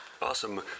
Awesome